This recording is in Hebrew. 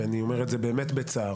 ואני אומר את זה באמת בצער,